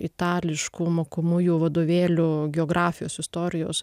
itališkų mokomųjų vadovėlių geografijos istorijos